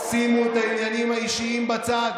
שימו את העניינים האישיים בצד.